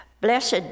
Blessed